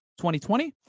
2020